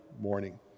morning